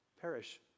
Perish